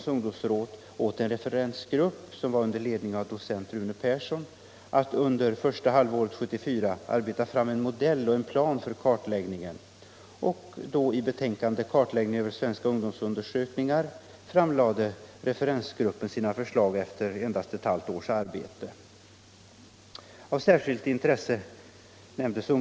Referensgruppen presenterade också en plan för kartläggningsarbetets bedrivande.